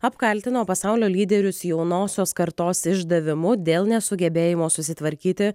apkaltino pasaulio lyderius jaunosios kartos išdavimu dėl nesugebėjimo susitvarkyti